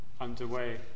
underway